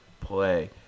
play